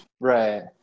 Right